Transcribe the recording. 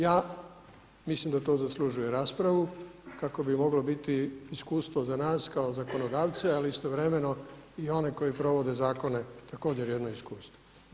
Ja mislim da to zaslužuje raspravu kako bi moglo biti iskustvo za nas kao za zakonodavce ali istovremeno i one koji provode zakone također jedno iskustvo.